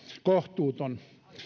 kohtuuton